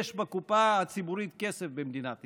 יש כסף בקופה הציבורית במדינת ישראל.